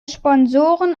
sponsoren